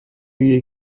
jej